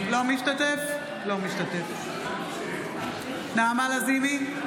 אינו משתתף בהצבעה נעמה לזימי,